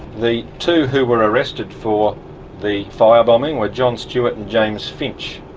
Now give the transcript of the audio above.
the two who were arrested for the fire bombing were john stuart and james finch.